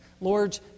Lord